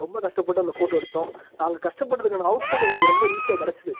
ரொம்ப கஷ்டப்பட்டு அந்த ஃபோட்டோ எடுத்தோம் நாங்கள் கஷ்டப்பட்டதுக்கான அவுட்புட் எங்களுக்கு ரொம்ப ஈஸியாக கிடச்சிது